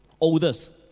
Oldest